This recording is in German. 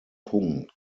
punkt